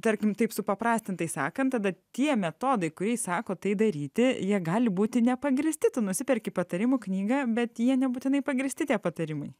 tarkim taip supaprastintai sakant tada tie metodai kuriais sako tai daryti jie gali būti nepagrįsti tu nusiperki patarimų knygą bet jie nebūtinai pagrįsti tie patarimai